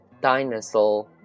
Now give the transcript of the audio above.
Dinosaur